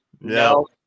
No